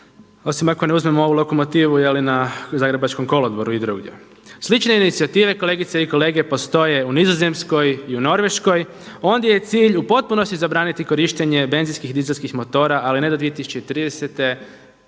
Osim ako ne uzmemo ovu lokomotivu na Zagrebačkom kolodvoru i drugdje. Slične inicijative kolegice i kolege postoje u Nizozemskoj i u Norveškoj, ondje je cilj u potpunosti zabraniti korištenje benzinskih, dizelskih motora ali ne do 2030.